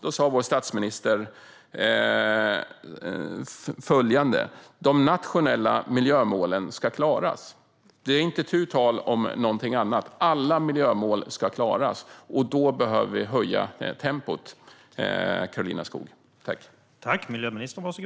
Då sa vår statsminister följande: De nationella miljömålen ska klaras. Det är inte tu tal om att alla miljömål ska klaras, och då behöver vi höja tempot, Karolina Skog.